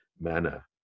manner